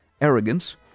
arrogance